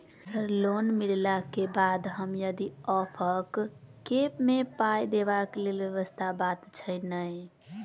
Sir loan मिलला केँ बाद हम यदि ऑफक केँ मे पाई देबाक लैल व्यवस्था बात छैय नै?